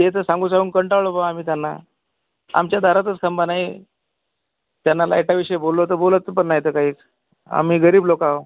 ते तं सांगून सांगून कंटाळलो बुवा आम्ही त्यांना आमच्या दारातच खांब नाही त्यांना लाइटाविषयी बोललो तर बोलत पण नाहीत तर काहीच आम्ही गरीब लोक आहो